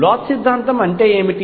Bloch సిద్ధాంతం అంటే ఏమిటి